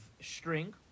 string